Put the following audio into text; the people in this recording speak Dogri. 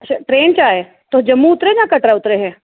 अच्छा ट्रेन च आए तुस जम्मू उतरे हे जां कटरा उतरे हे